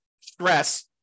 stress